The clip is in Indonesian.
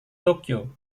tokyo